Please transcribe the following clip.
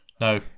No